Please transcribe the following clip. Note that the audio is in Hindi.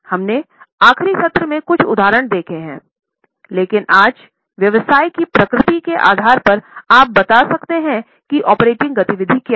हमने आखिरी सत्र में कुछ उदाहरण देखे हैं लेकिन आज व्यवसाय की प्रकृति के आधार पर आप बता सकते हैं कि ऑपरेटिंग गतिविधि क्या हैं